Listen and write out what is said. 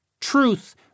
Truth